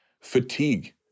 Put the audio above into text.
fatigue